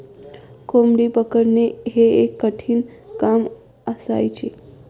कोंबडी पकडणे हे एक कठीण काम असायचे